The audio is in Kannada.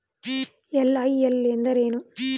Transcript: ಎಲ್.ಐ.ಎಲ್ ಎಂದರೇನು?